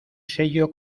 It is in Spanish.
sello